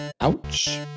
Ouch